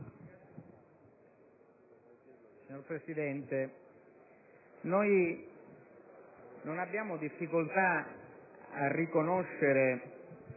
Signor Presidente, non abbiamo difficoltà a riconoscere